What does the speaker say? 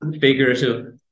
figurative